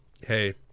hey